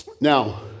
Now